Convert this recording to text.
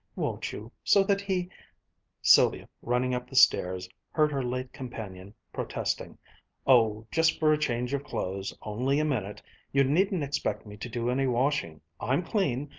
won't you, so that he sylvia, running up the stairs, heard her late companion protesting oh, just for a change of clothes, only a minute you needn't expect me to do any washing. i'm clean.